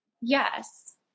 Yes